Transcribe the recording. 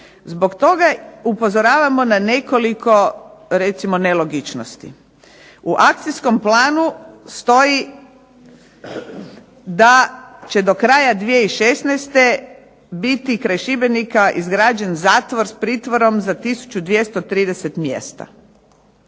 Zbog toga upozoravamo na nekoliko recimo nelogičnosti. U akcijskom planu stoji da će do kraja 2016. biti kraj Šibenika biti izgrađen zatvor sa pritvorom za 1230 mjesta.